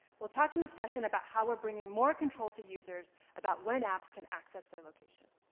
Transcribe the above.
we'll talk in this session about how we're bringing more control to users about when apps can access their location.